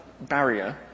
barrier